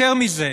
יותר מזה,